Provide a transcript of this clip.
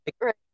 right